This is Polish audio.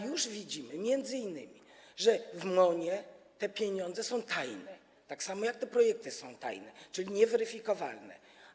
Już widzimy, że m.in. w MON-ie te pieniądze są tajne, tak samo jak te projekty są tajne, czyli nieweryfikowalne.